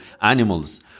animals